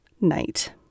night